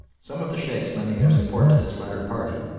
some of the sheikhs lending their support to this latter party,